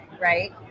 Right